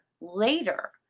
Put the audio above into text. later